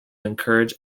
encourage